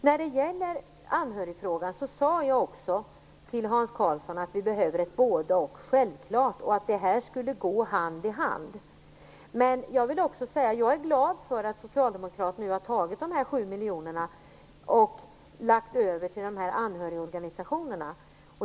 När det gäller anhörigfrågan sade jag också till Hans Karlsson att vi behöver både vårdpersonal och anhöriga - det är självklart - och att det skulle gå hand i hand. Jag vill också säga att jag är glad för att Socialdemokraterna har lagt över 7 miljoner till anhörigorganisationerna.